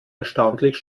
erstaunlich